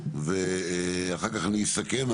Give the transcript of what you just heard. ואחר כך אני אסכם,